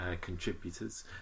contributors